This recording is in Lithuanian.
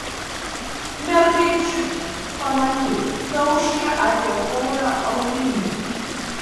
mergaičiukė pamanyk tauškia apie porą aulinių